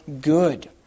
good